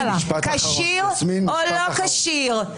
כשיר או לא כשיר,